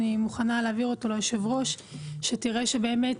אני מוכנה להעביר אותו ליושב ראש שתראה שבאמת